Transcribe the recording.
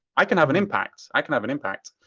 i can have an impact. i can have an impact.